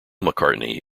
mccartney